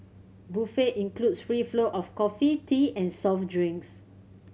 buffet includes free flow of coffee tea and soft drinks